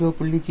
02 0